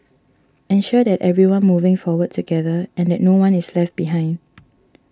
ensure that everyone moving forward together and that no one is left behind